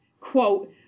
Quote